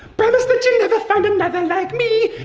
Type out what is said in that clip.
promise that you'll never find another like me